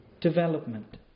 Development